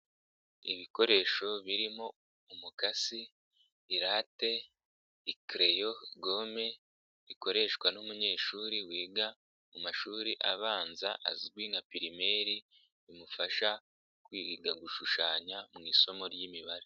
Ibikoresho birimo: umukasi, irate, ikereyo, gome, bikoreshwa n'umunyeshuri wiga mu mashuri abanza azwi nka pirimeri, bimufasha kwiga gushushanya mu isomo ry'imibare.